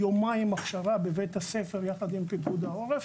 יומיים הכשרה בבית הספר יחד עם פיקוד העורף.